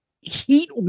Heat